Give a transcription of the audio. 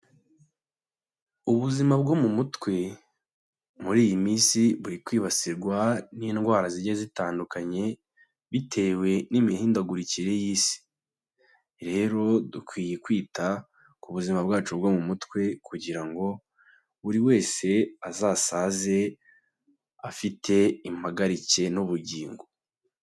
Ubuzima bwo mu mutwe, muri iyi minsi buri kwibasirwa n'indwara zigiye zitandukanye, bitewe n'imihindagurikire y'Isi. Rero dukwiye kwita ku buzima bwacu bwo mu mutwe kugira ngo buri wese azasaze afite impagarike n'ubugingo.